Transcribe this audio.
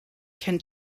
can